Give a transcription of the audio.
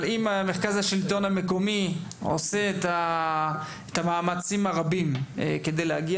אבל אם מרכז השלטון המקומי עושה את המאמצים הרבים כדי להגיע